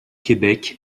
québec